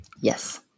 yes